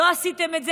לא עשיתם את זה,